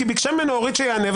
כי ביקשה ממנו אורית שיענה,